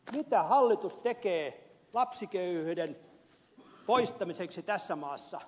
mitä hallitus tekee lapsiköyhyyden poistamiseksi tästä maasta